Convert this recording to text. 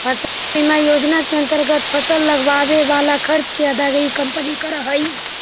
फसल बीमा योजना के अंतर्गत फसल लगावे वाला खर्च के अदायगी कंपनी करऽ हई